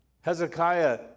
Hezekiah